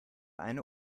eine